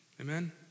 Amen